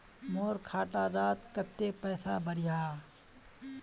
मोर खाता डात कत्ते पैसा बढ़ियाहा?